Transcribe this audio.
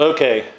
Okay